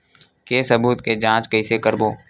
के सबूत के जांच कइसे करबो?